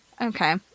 Okay